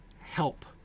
help